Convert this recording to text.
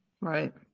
Right